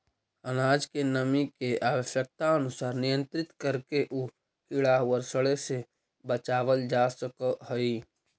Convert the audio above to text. अनाज के नमी के आवश्यकतानुसार नियन्त्रित करके उ कीड़ा औउर सड़े से बचावल जा सकऽ हई